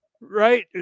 Right